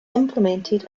implemented